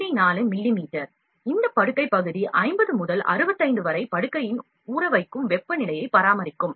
4 மிமீ இந்த படுக்கை பகுதி 50 முதல் 65 வரை படுக்கையின் ஊறவைக்கும் வெப்பநிலையை பராமரிக்கும்